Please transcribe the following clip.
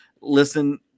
Listen